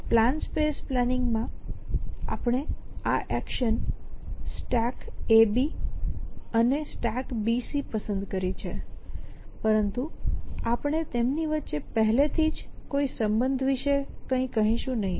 plan space પ્લાનિંગમાં આપણે આ એક્શન StackAB અને StackBC પસંદ કરી છે પરંતુ આપણે તેમની વચ્ચે પહેલેથી જ કોઈ સંબંધ વિશે કંઇ કહીશું નહીં